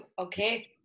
okay